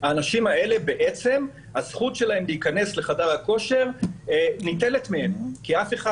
הזכות של האנשים האלה בעצם להיכנס לחדר הכושר ניטלת מהם כי אף אחד